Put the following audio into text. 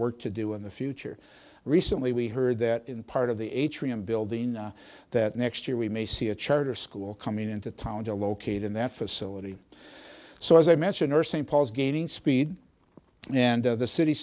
work to do in the future recently we heard that in part of the atrium building that next year we may see a charter school coming into town to locate in that facility so as i mention earth st paul's gaining speed and the city